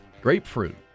Grapefruit